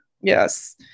Yes